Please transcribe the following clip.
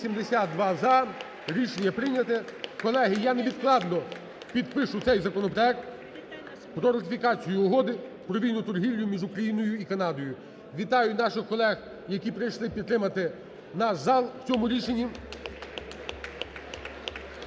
Рішення прийнято. Колеги, я невідкладно підпишу цей законопроект про ратифікацію Угоди про вільну торгівлю між Україною і Канадою. Вітаю наших колег, які прийшли підтримати наш зал в цьому рішенні.